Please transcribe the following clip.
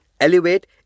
Elevate